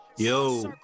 Yo